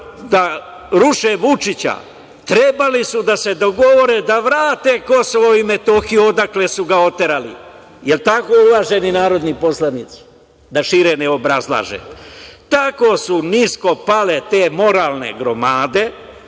da ruše Vučića, trebali su da se dogovore da vrate Kosovo i Metohiju odakle su ga oterali. Jel tako, poštovani narodni poslanici? Da šire ne obrazlažem. Tako su nisko pale te moralne gromade,